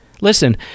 Listen